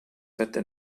wetter